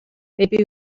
maybe